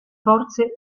forze